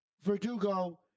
Verdugo